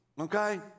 okay